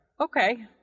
Okay